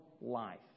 life